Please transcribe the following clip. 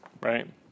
right